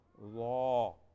law